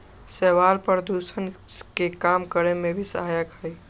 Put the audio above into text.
शैवाल प्रदूषण के कम करे में भी सहायक हई